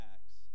Acts